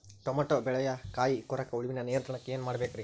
Tomato ಬೆಳೆಯ ಕಾಯಿ ಕೊರಕ ಹುಳುವಿನ ನಿಯಂತ್ರಣಕ್ಕ ಏನ್ ಮಾಡಬೇಕ್ರಿ?